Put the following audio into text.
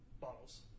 bottles